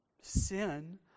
sin